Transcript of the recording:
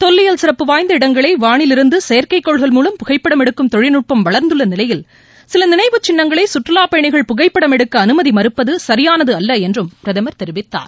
தொல்லியல் சிறப்புவாய்ந்த இடங்களை வானில் இருந்து செயற்கைக்கோள்கள் மூலம் புகைப்படம் எடுக்கும் தொழில்நுட்பம் வளர்ந்துள்ள நிலையில் சில நினைவுச் சின்னங்களை சுற்றுலாப் பயணிகள் புகைப்படம் எடுக்க அமைதி மறுப்பது சரியானதல்ல என்றும் பிரதமர் தெரிவித்தார்